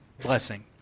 blessing